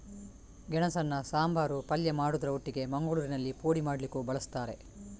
ಗೆಣಸನ್ನ ಸಾಂಬಾರು, ಪಲ್ಯ ಮಾಡುದ್ರ ಒಟ್ಟಿಗೆ ಮಂಗಳೂರಿನಲ್ಲಿ ಪೋಡಿ ಮಾಡ್ಲಿಕ್ಕೂ ಬಳಸ್ತಾರೆ